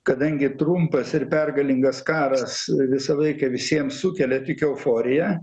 kadangi trumpas ir pergalingas karas visą laiką visiems sukelia tik euforiją